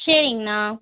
சரிங்ணா